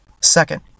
Second